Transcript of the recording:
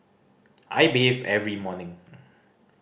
I bathe every morning